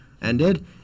ended